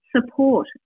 support